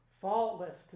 faultless